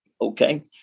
Okay